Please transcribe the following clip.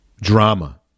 Drama